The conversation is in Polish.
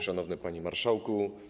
Szanowny Panie Marszałku!